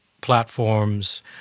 platforms